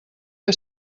que